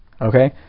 okay